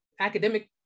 academic